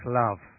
love